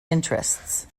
interests